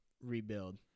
rebuild